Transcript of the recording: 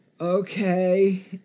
okay